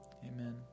amen